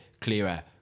clearer